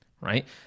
right